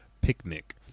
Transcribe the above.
Picnic